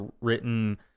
written